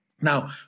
Now